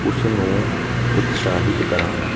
ਉਸਨੂੰ ਉਤਸ਼ਾਹਿਤ ਕਰਾਂਗਾ